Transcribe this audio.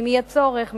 אם יהיה צורך,